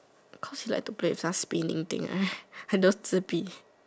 cause he like to play with some spinning thing like those 自闭